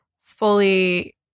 fully